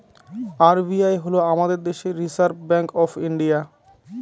RBI হল আমাদের দেশের রিসার্ভ ব্যাঙ্ক অফ ইন্ডিয়া